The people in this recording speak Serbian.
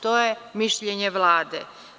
To je mišljenje Vlade.